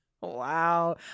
Wow